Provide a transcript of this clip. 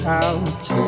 out